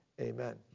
Amen